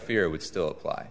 fear would still apply